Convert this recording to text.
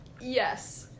Yes